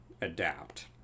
adapt